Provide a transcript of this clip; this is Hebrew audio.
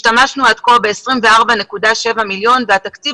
עד כה השתמשנו ב-24.7 מיליון שקלים